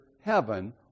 heaven